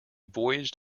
voyaged